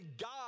God